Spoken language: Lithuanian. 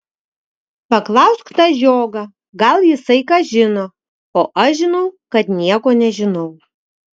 paklausk tą žiogą gal jisai ką žino o aš žinau kad nieko nežinau